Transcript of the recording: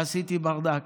עשיתי ברדק,